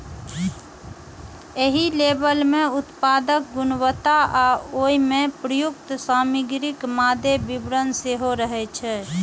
एहि लेबल मे उत्पादक गुणवत्ता आ ओइ मे प्रयुक्त सामग्रीक मादे विवरण सेहो रहै छै